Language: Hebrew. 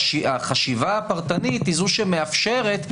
החשיבה הפרטנית היא זו שמאפשרת,